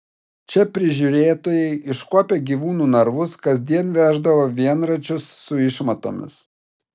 čia prižiūrėtojai iškuopę gyvūnų narvus kasdien veždavo vienračius su išmatomis